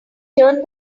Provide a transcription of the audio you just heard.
turned